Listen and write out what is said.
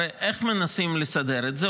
הרי איך מנסים לסדר את זה?